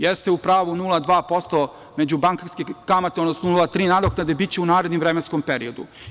Jeste, u pravu, 0,2% međubankarske kamate, odnosno 0,3% nadoknade biće u narednom vremenskom periodu.